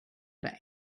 der